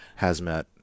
hazmat